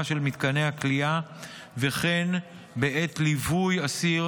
של מתקני הכליאה וכן בעת ליווי עציר,